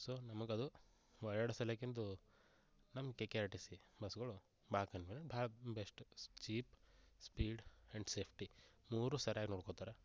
so ನಮ್ಗೆ ಅದು ಎರಡು ಸಲಿಕಿಂದು ನಮ್ಗೆ K K R T C ಬಸ್ಗಳ್ ಭಾಳ ಕಡಿಮೆ ಭಾಳ best cheap speed and safety ಮೂರು ಸರಿಯಾಗಿ ನೋಡ್ಕೊತಾರೆ